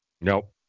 Nope